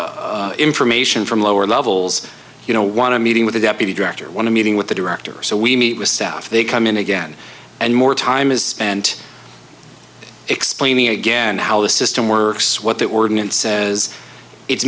information from lower levels you know want to meeting with the deputy director want to meeting with the director so we meet with staff they come in again and more time is spent explaining again how the system works what the ordinance says it's